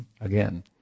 Again